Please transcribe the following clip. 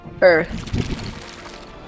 Earth